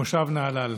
מושב נהלל.